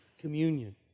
communion